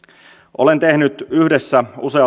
olen tehnyt yhdessä usean